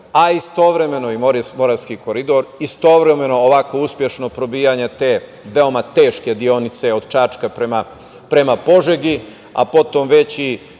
a istovremeno Moravski koridor, istovremeno ovako uspešno probijanje te veoma teške deonice od Čačka prema Požegi, a potom već